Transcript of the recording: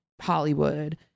Hollywood